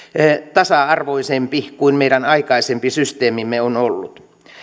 tasa arvoisempi kuin meidän aikaisempi systeemimme on ollut